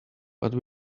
but